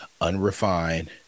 unrefined